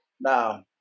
Now